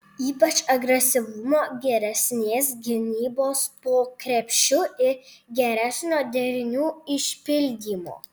ypač agresyvumo geresnės gynybos po krepšiu ir geresnio derinių išpildymo